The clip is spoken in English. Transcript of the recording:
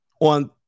on